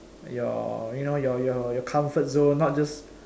your you know your your comfort zone not just